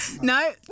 No